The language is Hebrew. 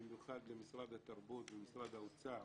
במיוחד למשרד התרבות ומשרד האוצר,